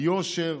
על יושר.